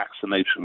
vaccination